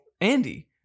Andy